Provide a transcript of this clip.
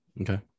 Okay